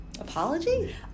Apology